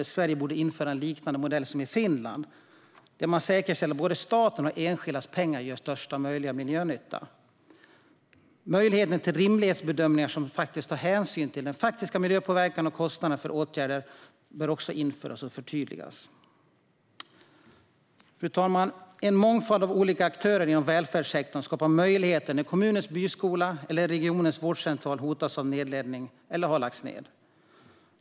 Där borde Sverige införa en liknande modell som i Finland för att säkerställa att både statens och enskildas pengar gör största möjliga miljönytta. Möjligheten till rimlighetsbedömningar som tar hänsyn till faktisk miljöpåverkan och kostnaden för åtgärden bör också införas och förtydligas. Fru talman! En mångfald av olika aktörer inom välfärdssektorn skapar möjligheter när kommunens byskola eller regionens vårdcentral hotas av nedläggning eller har lagts ned.